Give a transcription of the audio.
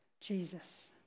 Jesus